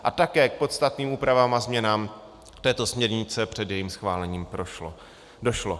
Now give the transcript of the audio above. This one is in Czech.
A také k podstatným úpravám a změnám této směrnice před jejím schválením došlo.